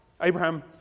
Abraham